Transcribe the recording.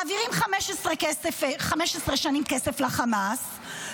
מעבירים 15 שנים כסף לחמאס,